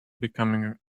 becoming